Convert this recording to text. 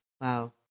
Wow